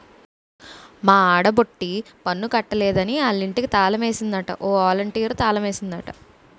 మా ఆడబొట్టి పన్ను కట్టలేదని ఆలింటికి తాలమేసిందట ఒలంటీరు తాలమేసిందట ఓ